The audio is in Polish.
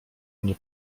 mnie